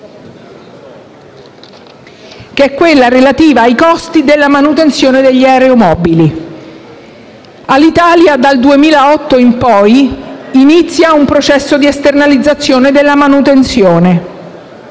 che è quella relativa ai costi della manutenzione degli aeromobili. Alitalia, dal 2008 in poi, inizia un processo di esternalizzazione della manutenzione